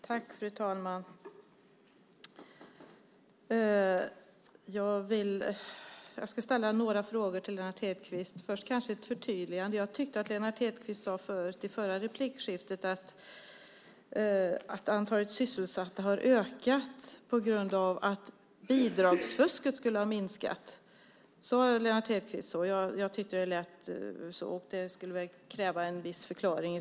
Fru talman! Jag ska ställa några frågor till Lennart Hedquist, men först kanske det behövs ett förtydligande. Jag tyckte att Lennart Hedquist i det förra replikskiftet sade att antalet sysselsatta ökat på grund av att bidragsfusket skulle ha minskat. Sade Lennart Hedquist så? Jag tyckte det lät så. Det skulle i så fall kräva en viss förklaring.